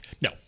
No